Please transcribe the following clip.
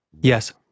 Yes